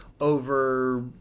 over